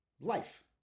life